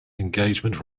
engagement